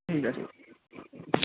ठीक ऐ फिर